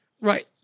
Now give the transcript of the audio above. Right